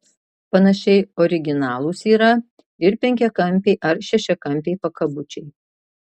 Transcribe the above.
panašiai originalūs yra ir penkiakampiai ar šešiakampiai pakabučiai